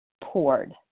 poured